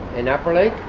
in upper lake?